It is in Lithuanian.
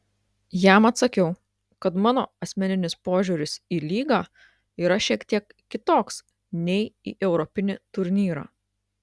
jam atsakiau kad mano asmeninis požiūris į lygą yra šiek tiek kitoks nei į europinį turnyrą